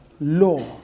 law